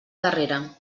darrera